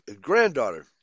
granddaughter